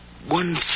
One